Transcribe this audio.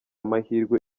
mahirwe